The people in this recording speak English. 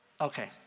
Okay